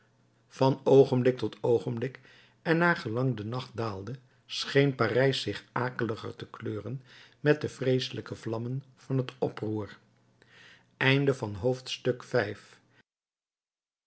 van oogenblik tot oogenblik en naar gelang de nacht daalde scheen parijs zich akeliger te kleuren met de vreeselijke vlammen van het oproer